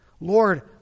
Lord